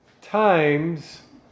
times